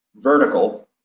vertical